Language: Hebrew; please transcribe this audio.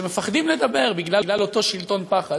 שמפחדים לדבר בגלל אותו שלטון פחד.